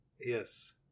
Yes